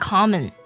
Common